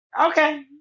Okay